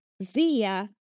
via